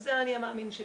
זה האני מאמין שלי